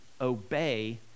obey